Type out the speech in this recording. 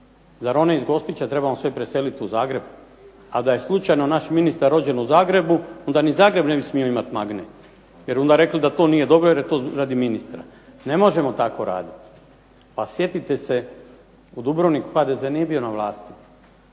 Zar one iz Gospića trebamo preseliti u Zagreb. A da je slučajno naš ministar rođen u Zagrebu onda ni Zagreb ne bi smio imati magnet, jer onda bi rekli da to nije dobro da je to zbog ministra. Ne možemo tako raditi. Pa sjetite se u Dubrovniku HDZ nije bio na vlasti